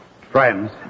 Friends